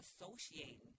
associating